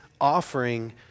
offering